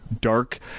dark